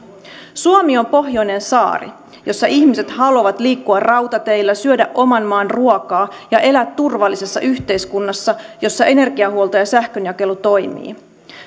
suomi on pohjoinen saari jossa ihmiset haluavat liikkua rautateillä syödä oman maan ruokaa ja elää turvallisessa yhteiskunnassa jossa energiahuolto ja sähkönjakelu toimivat